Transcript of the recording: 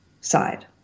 side